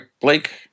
Blake